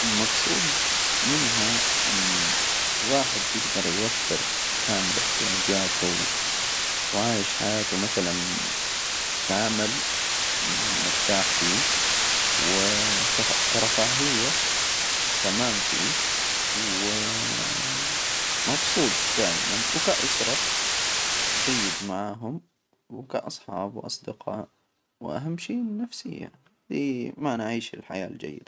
المجصود منها الواحد يجدر يوفر كامل احتياجاته وعايش حياته مثلا كامل، مرتاح فيه، وكف- كرفاهية تمام فيه. و مبسوط دائما وكأسرة. جيد معاهم، وكأصحاب وأصدقاء، وأهم شي النفسية لي ما نعيش الحياة الجيدة.